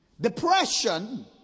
Depression